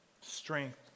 strength